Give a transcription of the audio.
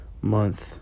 month